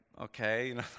okay